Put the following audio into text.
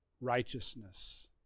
righteousness